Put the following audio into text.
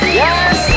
yes